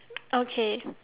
okay